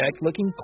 looking